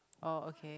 oh okay